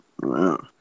Wow